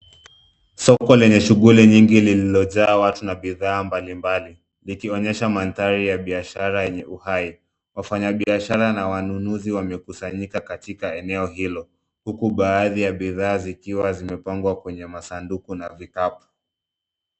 Soko lenye shughuli nyingi lililojaa watu na bidhaa mbalimbali zikionyesha mandhari ya biashara uhai. Wafanyabiashara na wanunuzi wamekusanyika katika eneo hilo huku baadhi ya bidhaa zikiwa zimepangwa kwenye masanduku na vikapu